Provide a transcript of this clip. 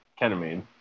ketamine